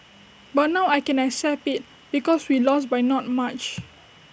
but now I can accept IT because we lost by not much